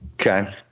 Okay